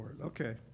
Okay